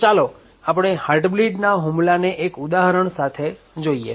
તો ચાલો આપણે હાર્ટ બ્લીડના હુમલાને એક ઉદાહરણ સાથે જોઈએ